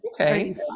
okay